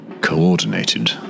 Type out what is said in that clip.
coordinated